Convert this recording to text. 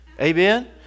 Amen